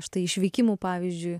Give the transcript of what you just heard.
štai išvykimų pavyzdžiui